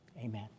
Amen